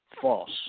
false